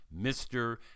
mr